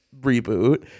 reboot